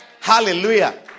Hallelujah